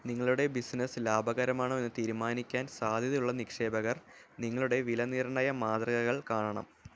നിങ്ങളുടെ ബിസിനസ്സ് ലാഭകരമാണോ എന്ന് തീരുമാനിക്കാൻ സാധ്യതയുള്ള നിക്ഷേപകർ നിങ്ങളുടെ വില നിർണ്ണയ മാതൃകകൾ കാണണം